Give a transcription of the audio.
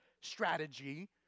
strategy